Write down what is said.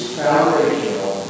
foundational